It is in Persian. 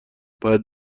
باید